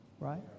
Right